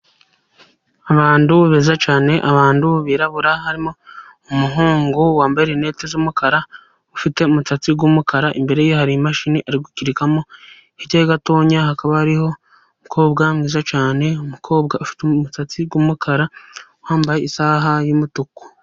Abantu beza cyane abantu birabura harimo umuhungu wambaye rinete z'umukara, ufite umusatsi w'umukara imbere ye hari imashini. Hirya gatonya hakaba hariho umukobwa mwiza cyane. Umukobwa ufite umusatsi w'umukara wambaye isaha y'umutuku.